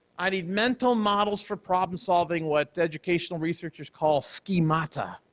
i need mental models for problem solving what educational researchers call schemata,